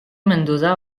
mendoza